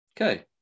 Okay